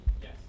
Yes